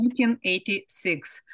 1986